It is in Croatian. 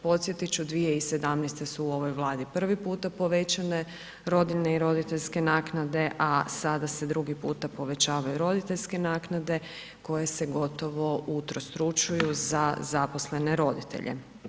Podsjetit ću, 2017. su u ovoj Vladi prvi puta povećane rodiljne i roditeljske naknade, a sada se drugi puta povećavaju roditeljske naknade koje se gotovo utrostručuju za zaposlene roditelje.